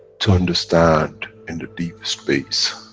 to understand in the deep space.